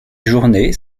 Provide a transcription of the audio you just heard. journées